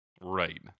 Right